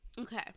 Okay